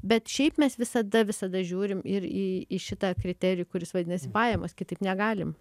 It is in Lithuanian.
bet šiaip mes visada visada žiūrim ir į į šitą kriterijų kuris vadinasi pajamos kitaip negalim